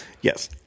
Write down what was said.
Yes